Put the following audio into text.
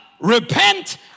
repent